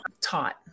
taught